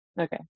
Okay